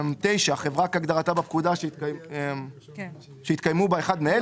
"(9)חברה כהגדרתה בפקודה שחילקה דיבידנד בשנת 2020,